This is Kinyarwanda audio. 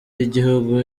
y’igihugu